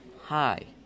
Hi